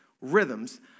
rhythms